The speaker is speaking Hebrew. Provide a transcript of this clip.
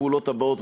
הפעולות הבאות,